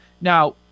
Now